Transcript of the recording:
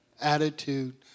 attitude